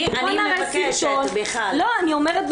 בכל הנושא של